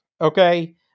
okay